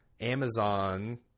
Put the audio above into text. Amazon